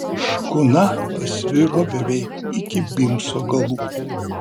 škuna pasviro beveik iki bimso galų